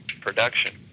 production